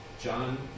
John